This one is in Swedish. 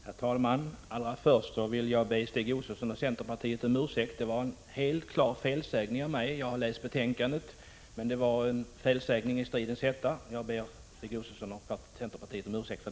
Herr talman! Allra först vill jag be Stig Josefson och centerpartiet om ursäkt. Det var helt klart en felsägning av mig. Jag har läst betänkandet men gjorde mig skyldig till en felsägning i stridens hetta. Jag ber än en gång Stig Josefson och centerpartiet om ursäkt.